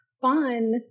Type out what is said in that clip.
fun